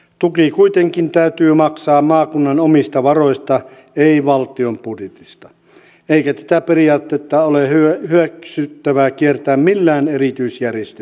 tuki kuitenkin täytyy maksaa maakunnan omista varoista ei valtion budjetista eikä tätä periaatetta ole hyväksyttävää kiertää millään erityisjärjestelyillä